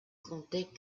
comptait